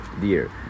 dear